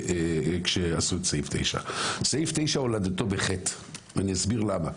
כשעשו את סעיף 9. סעיף 9 הולדתו בחטא ואסביר למה,